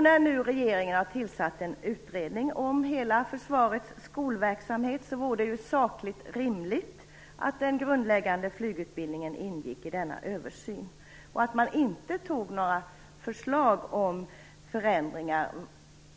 När nu regeringen har tillsatt en utredning om hela försvarets skolverksamhet, vore det sakligt rimligt att den grundläggande flygutbildningen ingick i denna översyn och att man inte antar några förslag om förändringar